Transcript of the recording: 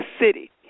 city